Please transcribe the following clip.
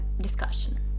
discussion